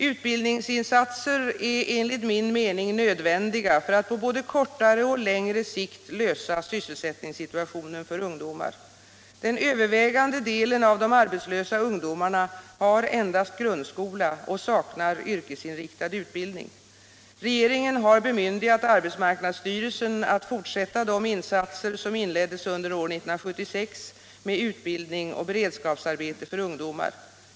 Utbildningsinsatser är enligt min mening nödvändiga för att på både kortare och längre sikt lösa sysselsättningssituationen för ungdomar. Den övervägande delen av de arbetslösa ungdomarna har endast grundskola och saknar yrkesinriktad utbildning. Regeringen har bemyndigat arbetsmarknadsstyrelsen att fortsätta de insatser som inleddes under år 1976 med utbildning och beredskapsarbete för ungdomar.